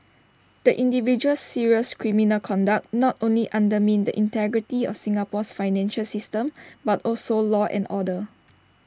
the individual's serious criminal conduct not only undermined the integrity of Singapore's financial system but also law and order